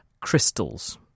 crystals